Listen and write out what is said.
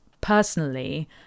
personally